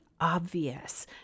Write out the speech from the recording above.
obvious